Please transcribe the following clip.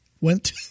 went